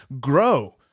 grow